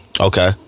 Okay